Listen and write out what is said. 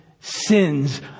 sins